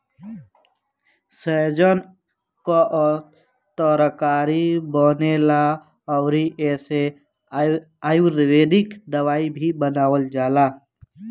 सैजन कअ तरकारी बनेला अउरी एसे आयुर्वेदिक दवाई भी बनावल जाला